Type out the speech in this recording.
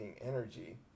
energy